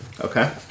Okay